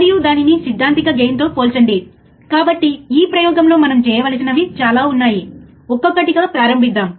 మరియు మీరు non inverting terminal వద్ద 1 వోల్ట్ పిక్ టు పిక్ వోల్టేజ్ను వర్తింపజేసారు